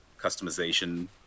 customization